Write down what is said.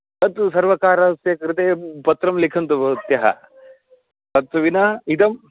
अस्तु सर्वकारस्य कृते पत्रं लिखन्तु भवत्यः तत् विना इदम्